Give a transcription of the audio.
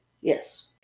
Yes